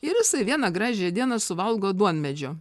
ir jisai vieną gražią dieną suvalgo duonmedžio